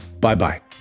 Bye-bye